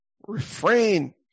refrain